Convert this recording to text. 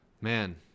Man